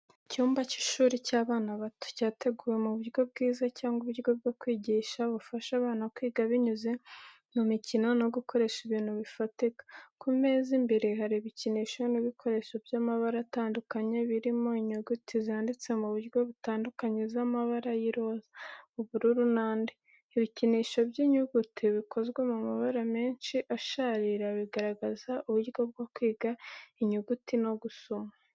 Icyumba cy’ishuri cy’abana bato, cyateguwe mu buryo bwiza cyangwa uburyo bwo kwigisha bufasha abana kwiga binyuze mu mikino no gukoresha ibintu bifatika. Ku meza imbere hari ibikinisho n’ibikoresho by’amabara atandukanye, birimo: inyuguti zanditse mu buryo butandukanye z’amabara y'iroza, ubururu n’andi. Ibikinisho by’inyuguti bikozwe mu mabara menshi asharira, bigaragaza uburyo bwo kwiga inyuguti no gusoma.